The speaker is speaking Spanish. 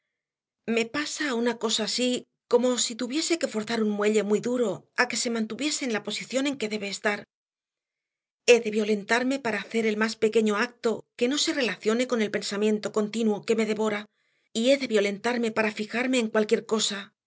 me pasa una cosa así como si tuviese que forzar a un muelle muy duro a que se mantuviese en la posición en que debe estar he de violentarme para hacer el más pequeño acto que no se relacione con el pensamiento continuo que me devora y he de violentarme para fijarme en cualquier cosa